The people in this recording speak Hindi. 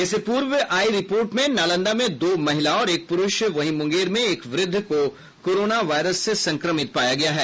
इससे पूर्व आई रिपोर्ट में नालंदा में दो महिला और एक पुरूष वहीं मुंगेर में एक वृद्ध को कोरोना वायरस से संकमित पाया गया है